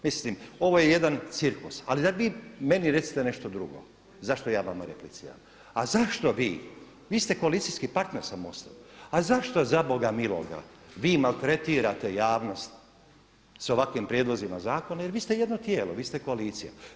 Mislim ovo je jedan cirkus, ali daj vi meni recite nešto drugo zašto ja vama repliciram, a zašto vi, vi ste koalicijski partner s MOST-om, a zašto zaboga miloga vi maltretirate javnost sa ovakvim prijedlozima zakona jer vi ste jedno tijelo, vi ste koalicija.